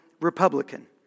Republican